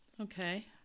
okay